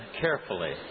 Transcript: carefully